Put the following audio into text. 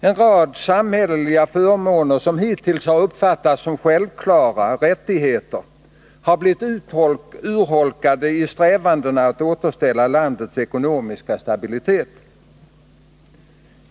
En rad samhälleliga förmåner som hittills uppfattats som självklara rättigheter har blivit urholkade i strävandena att återställa landets ekonomiska stabilitet.